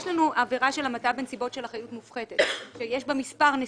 יש לנו עבירה של המתה בנסיבות של אחריות מופחתת שיש בה מספר נסיבות.